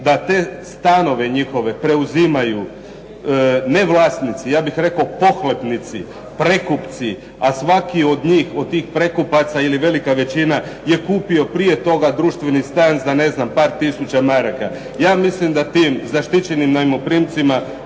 da te stanove njihove preuzimaju ne vlasnici, ja bih rekao pohlepnici, prekupci, a svaki od njih, od tih prekupaca, ili velika većina je kupio prije toga društveni stan za ne znam par tisuća maraka. Ja mislim da tim zaštićenim najmoprimcima